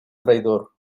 traidor